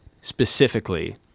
specifically